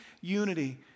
unity